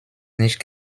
nicht